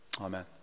Amen